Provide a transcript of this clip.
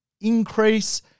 increase